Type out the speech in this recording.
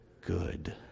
good